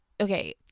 okay